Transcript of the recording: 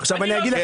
כן.